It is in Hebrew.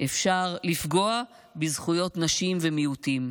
אפשר לפגוע בזכויות נשים ומיעוטים,